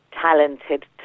talented